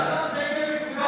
אדוני היושב-ראש,